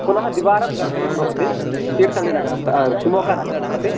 पुनः द्विवारं गन्तव्यं भवति तीर्थळ्ळि नगरतः शिमोग्गा नगरं प्रति